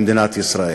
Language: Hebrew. במדינת ישראל?